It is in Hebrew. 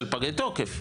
של פגי תוקף.